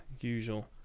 usual